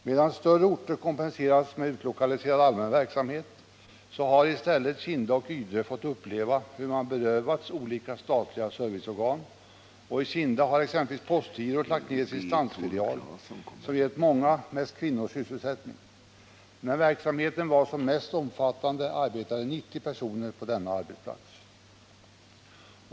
Medan större orter kompenserats med utlokaliserad allmän verksamhet har i stället Kinda och Ydre fått uppleva hur man berövats olika statliga serviceorgan, och i Kinda har exempelvis postgirot lagt ned sin stansfilial, som gett många, mest kvinnor, sysselsättning. När verksamheten var som mest omfattande var 90 personer verksamma på denna arbetsplats.